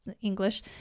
english